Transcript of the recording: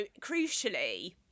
crucially